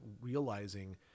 realizing